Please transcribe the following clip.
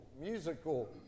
musical